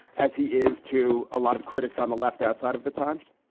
as he is to a lot of critics on the left outside of the times,